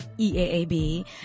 E-A-A-B